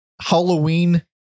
Halloween